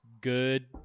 good